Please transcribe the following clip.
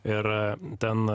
ir ten